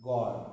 God